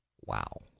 Wow